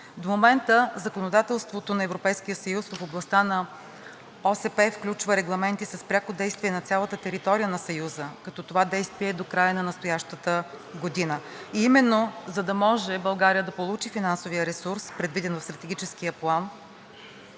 До момента законодателството на Европейския съюз в областта на ОСП включва регламенти с пряко действие на цялата територия на съюза, като това действие е до края на настоящата година. И именно, за да може България да получи финансовият ресурс, предвиден в Стратегическия план,